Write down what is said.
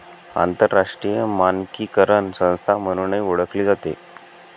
आंतरराष्ट्रीय मानकीकरण संस्था म्हणूनही ओळखली जाते